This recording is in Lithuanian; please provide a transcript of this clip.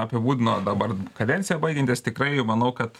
apibūdino dabar kadenciją baigiantis tikrai jau manau kad